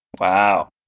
Wow